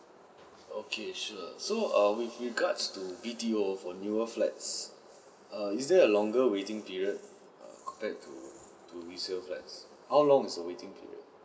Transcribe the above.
okay sure so err with regards to B_T_O for newer flats err is there a longer waiting period err compared to to resale flats